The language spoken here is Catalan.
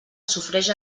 sofreix